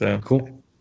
Cool